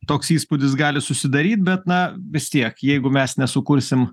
toks įspūdis gali susidaryt bet na vis tiek jeigu mes nesukursim